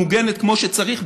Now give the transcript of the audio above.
מוגנת כמו שצריך,